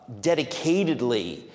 dedicatedly